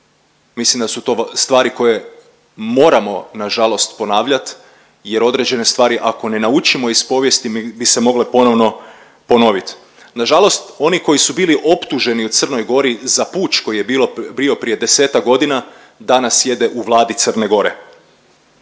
Mislim da su to stvari koje moramo na žalost ponavljati, jer određene stvari ako ne naučimo iz povijesti bi se mogle ponovno ponoviti. Na žalost oni koji su bili optuženi u Crnoj Gori za puč koji je bio prije desetak godina danas jede u Vladi Crne Gore.